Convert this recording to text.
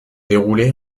déroulé